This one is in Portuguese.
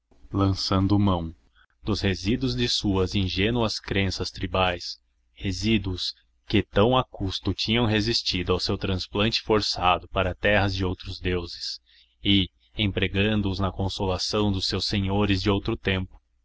lançando mão dos resíduos de suas ingênuas crenças tribais resíduos que tão a custo tinham resistido ao seu transplante forçado para terras de outros deuses e empregando os na consolação dos seus senhores de outro tempo